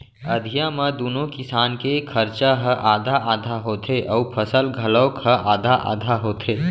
अधिया म दूनो किसान के खरचा ह आधा आधा होथे अउ फसल घलौक ह आधा आधा होथे